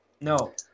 No